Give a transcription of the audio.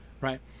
right